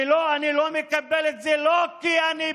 ואני לא מקבל את זה לא כי אני בריון,